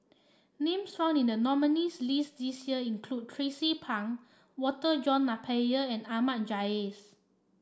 names found in the nominees' list this year include Tracie Pang Walter John Napier and Ahmad Jais